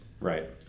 Right